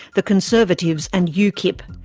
the conservatives and ukip.